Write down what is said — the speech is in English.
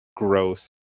Gross